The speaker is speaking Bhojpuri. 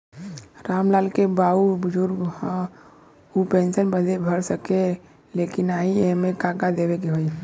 राम लाल के बाऊ बुजुर्ग ह ऊ पेंशन बदे भर सके ले की नाही एमे का का देवे के होई?